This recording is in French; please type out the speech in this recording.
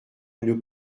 une